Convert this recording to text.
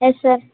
yes sir